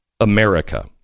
America